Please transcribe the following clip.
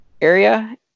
area